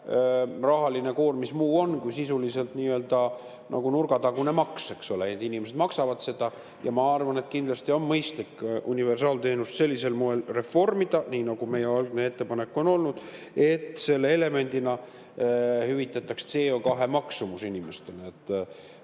CO2rahaline koormus muu on kui sisuliselt nagu nurgatagune maks, eks ole, inimesed maksavad seda. Ja ma arvan, et kindlasti on mõistlik universaalteenust sellisel moel reformida, nii nagu meie ettepanek on olnud, et selle elemendina hüvitatakse CO2makse inimestele. Me